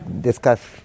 discuss